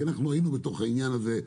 כי אנחנו היינו בתוך העניין הזה.